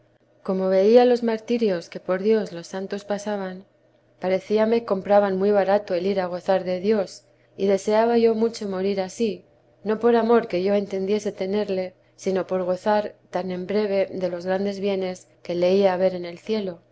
como veía los martirios que por dios los santos pasaban parecíame compraban muy barato el ir a gozar de dios y deseaba yo mucho morir ansí no por amor que yo entendiese tenerle sino por gozar tan en breve de los grandes bienes que leía haber en el cielo